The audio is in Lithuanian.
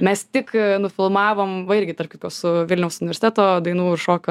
mes tik nufilmavom va irgi tarp kitko su vilniaus universiteto dainų ir šokių